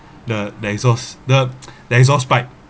the the exhaust the the exhaust pipe